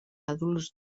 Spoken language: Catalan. adults